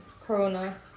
Corona